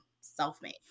self-made